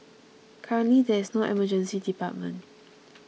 currently there is no Emergency Department